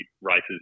races